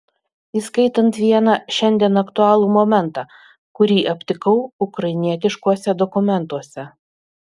įskaitant vieną šiandien aktualų momentą kurį aptikau ukrainietiškuose dokumentuose